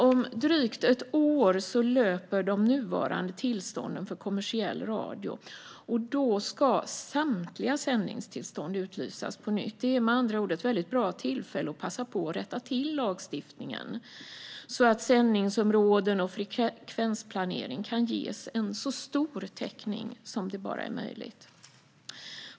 Om drygt ett år löper de nuvarande tillstånden för kommersiell radio ut. Då ska samtliga sändningstillstånd utlysas på nytt. Det är med andra ord ett väldigt bra tillfälle att passa på att rätta till lagstiftningen, så att sändningsområden och frekvensplanering kan ge en så stor täckning som det bara är möjligt.